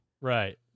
Right